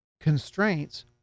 constraints